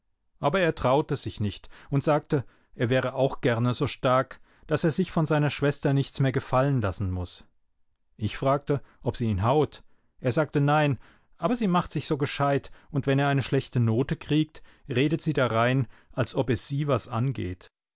aber er traute sich nicht und sagte er wäre auch gerne so stark daß er sich von seiner schwester nichts mehr gefallen lassen muß ich fragte ob sie ihn haut er sagte nein aber sie macht sich so gescheit und wenn er eine schlechte note kriegt redet sie darein als ob es sie was angeht